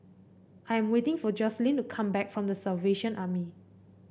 I am waiting for Jocelynn to come back from The Salvation Army